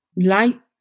light